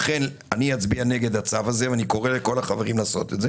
לכן אצביע נגד הצו הזה ואני קורא לכל החברים לעשות כן,